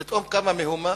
פתאום קמה מהומה,